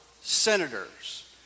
senators